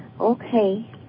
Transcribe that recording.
Okay